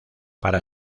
para